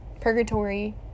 purgatory